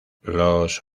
los